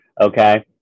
Okay